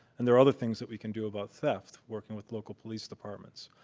and there are other things that we can do about theft working with local police departments.